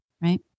Right